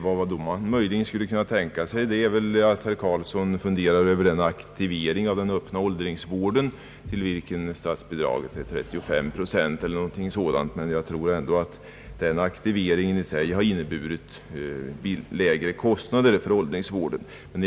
Vad man möjligen skulle kunna tänka sig att herr Carlsson har i tankarna är aktiveringen av den öppna åldringsvården — till vilken statsbidraget är 35 procent eller någonting sådant — men jag tror i alla fall att den aktiveringen i sig har inneburit lägre kostnader för åldringsvården.